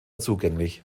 zugänglich